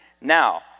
Now